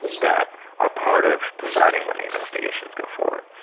that are part of deciding when the investigations go forward.